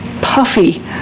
puffy